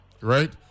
right